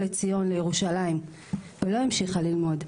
לציון לירושלים ולא המשיכה ללמוד,